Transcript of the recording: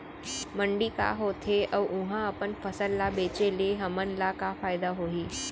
मंडी का होथे अऊ उहा अपन फसल ला बेचे ले हमन ला का फायदा होही?